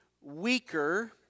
weaker